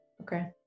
Okay